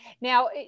Now